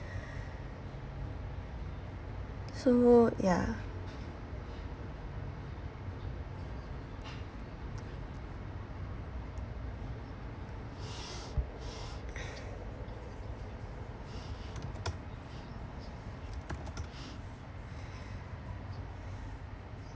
so yeah